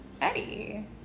eddie